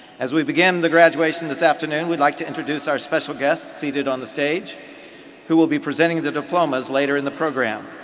as we begin the graduation this afternoon, we'd like to introduce our special guests seated on the stage who will be presenting the diplomas later in the program.